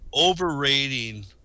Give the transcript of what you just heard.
overrating